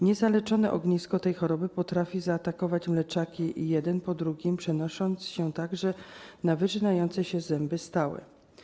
Niezaleczone ognisko tej choroby potrafi zaatakować mleczaki jeden po drugim, przenosząc się także na wyrzynające się zęby stałe.